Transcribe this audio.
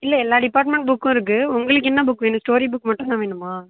இல்லை எல்லா டிப்பார்ட்மெண்ட் புக்கும் இருக்குது உங்களுக்கு என்ன புக் வேணும் ஸ்டோரி புக் மட்டும் தான் வேணுமா